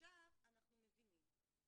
עכשיו אנחנו מבינים,